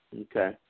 Okay